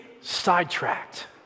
sidetracked